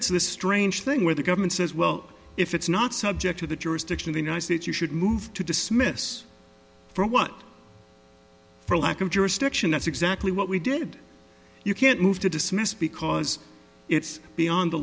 this strange thing where the government says well if it's not subject to the jurisdiction of the united states you should move to dismiss from what for lack of jurisdiction that's exactly what we did you can't move to dismiss because it's beyond the